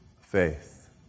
faith